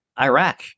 Iraq